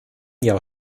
jahr